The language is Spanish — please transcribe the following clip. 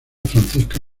francisca